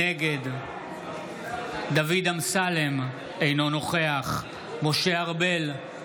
נגד דוד אמסלם, אינו נוכח משה ארבל,